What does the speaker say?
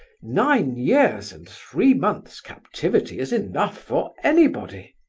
nine years and three months' captivity is enough for anybody.